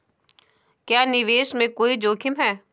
क्या निवेश में कोई जोखिम है?